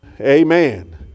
Amen